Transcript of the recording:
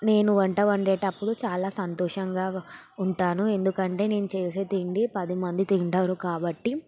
నేను వంట వండేటప్పుడు చాలా సంతోషంగా ఉంటాను ఎందుకంటే నేను చేసే తిండి పదిమంది తింటారు కాబట్టి